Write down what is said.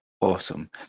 Awesome